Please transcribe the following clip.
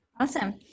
Awesome